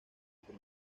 por